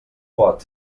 pot